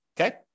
Okay